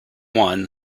one